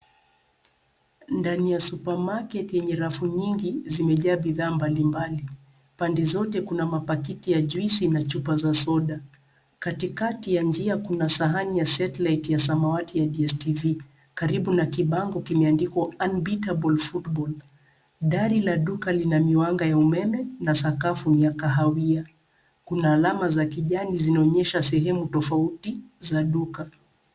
Ndani ya supermarkert yenye rafu nyingi zimejaa bidhaa mbalimbali. Pande zote kuna mapakiti ya juisi na chupa za soda. Katikati ya njia kuna sahani ya satellite ya samawati ya DSTV, karibu na kibango kimeandikwa unbeatable football . Dari la duka lina miwanga ya umeme na sakafu ya kahawia. Kuna alama za kijani zinaonyesha sehemu tofauti za duka.